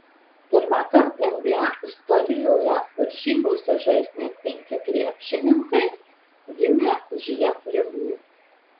pirmąkart nba istorijoje varžybose žais net penki krepšininkai gimę už jav ribų